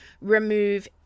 remove